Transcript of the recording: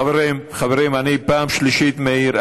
חברים, אני פעם שלישית מעיר.